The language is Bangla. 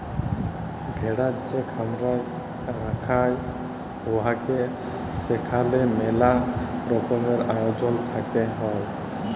ভেড়ার যে খামার রাখাঙ হউক সেখালে মেলা রকমের আয়জল থাকত হ্যয়